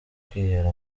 kwihera